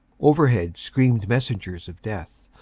overhead screamed messengers of death,